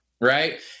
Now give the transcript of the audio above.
right